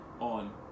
on